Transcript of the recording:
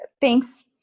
thanks